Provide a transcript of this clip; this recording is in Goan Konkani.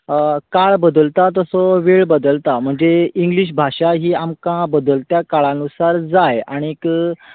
काळ बदलता तसो वेळ बदलता म्हणजे इंग्लीश भाशा ही आमकां बदलत्या काळान नुसार जाय आनीक